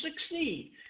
succeed